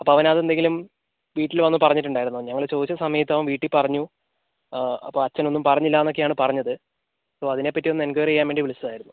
അപ്പം അവൻ അത് എന്തെങ്കിലും വീട്ടിൽ വന്ന് പറഞ്ഞിട്ടുണ്ടായിരുന്നോ ഞങ്ങൾ ചോദിച്ച സമയത്ത് അവൻ വീട്ടിൽ പറഞ്ഞു അപ്പം അച്ഛൻ ഒന്നും പറഞ്ഞില്ലാന്ന് ഒക്കെ ആണ് പറഞ്ഞത് സോ അതിനെ പറ്റി ഒന്ന് എൻക്വയറി ചെയ്യാൻ വേണ്ടി വിളിച്ചത് ആയിരുന്നു